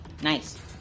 Nice